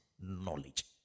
knowledge